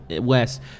West